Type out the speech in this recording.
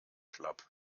schlapp